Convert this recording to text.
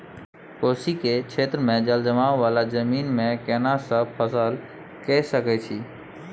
कोशी क्षेत्र मे जलजमाव वाला जमीन मे केना सब फसल के सकय छी?